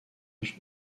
âge